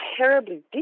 terribly